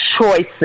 choices